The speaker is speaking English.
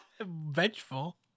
Vengeful